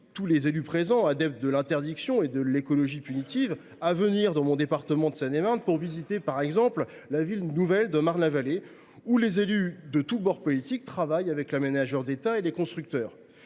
tous les élus ici présents, adeptes de l’interdiction et de l’écologie punitive, à venir dans le département de Seine et Marne pour visiter, par exemple, la ville nouvelle de Marne la Vallée, où les élus de tous bords politiques travaillent avec l’aménageur d’État et les constructeurs.